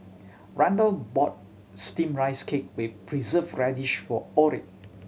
Randle bought Steamed Rice Cake with Preserved Radish for Orrie